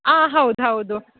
ಹಾಂ ಹೌದು ಹೌದು